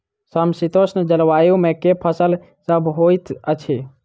समशीतोष्ण जलवायु मे केँ फसल सब होइत अछि?